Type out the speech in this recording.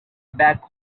back